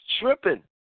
tripping